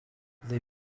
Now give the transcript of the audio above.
they